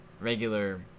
regular